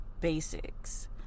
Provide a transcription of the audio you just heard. basics